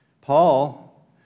Paul